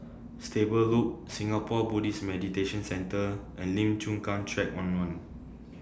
Stable Loop Singapore Buddhist Meditation Centre and Lim Chu Kang Track one one